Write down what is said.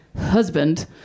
husband